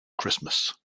christmas